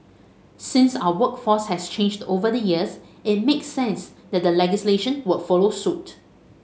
since our workforce has changed over the years it makes sense that legislation would follow suit